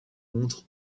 montres